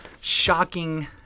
Shocking